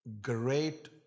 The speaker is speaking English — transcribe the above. great